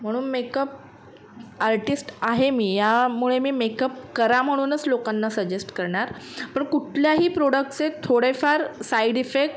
म्ह makeup artist आहे मी यामुळे मी मेकअप करा म्हणूनच लोकांना सजेस्ट करणार कुठल्याही प्रोडक्टचे थोडेफार साईड इफेक्ट